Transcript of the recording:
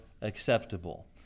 acceptable